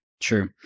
true